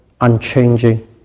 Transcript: unchanging